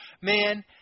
Man